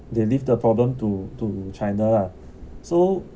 they leave the problem to to china ah so